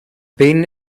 been